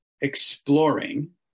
exploring